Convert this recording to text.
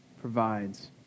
provides